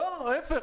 לא, ההיפך.